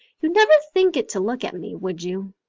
you'd never think it to look at me, would you?